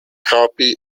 copy